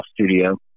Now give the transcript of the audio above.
studio